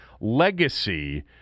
legacy